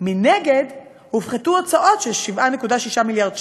ומנגד הופחתו הוצאות של 7.6 מיליארד שקל.